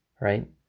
right